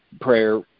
prayer